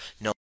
no